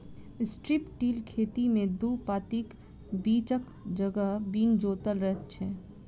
strip till खेती मे दू पाँतीक बीचक जगह बिन जोतल रहैत छै